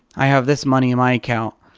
i have this money in my account.